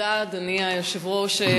אדוני היושב-ראש,